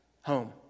home